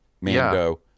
Mando